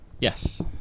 yes